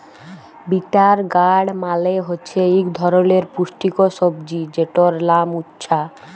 bitter গাড় মালে হছে ইক ধরলের পুষ্টিকর সবজি যেটর লাম উছ্যা